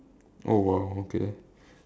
oh !wow! okay